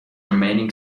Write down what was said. remaining